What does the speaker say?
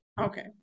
Okay